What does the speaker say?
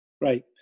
Right